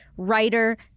Writer